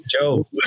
Joe